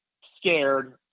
scared